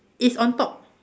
is on top